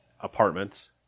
apartments